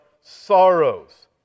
sorrows